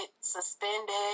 suspended